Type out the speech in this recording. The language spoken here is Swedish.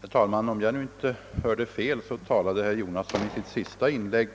Herr talman! Om jag inte hörde fel talade herr Jonasson i sitt senaste inlägg